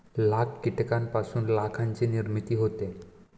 लाख कीटकांपासून लाखाची निर्मिती होते